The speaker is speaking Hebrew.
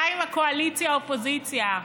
די עם קואליציה אופוזיציה.